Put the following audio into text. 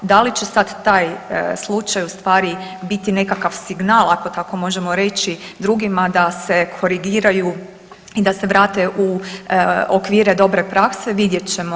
Da li će sada taj slučaj ustvari biti nekakav signal ako tako možemo reći drugima da se korigiraju i da se vrate u okvire dobre prakse vidjet ćemo.